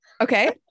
okay